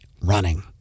running